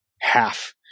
Half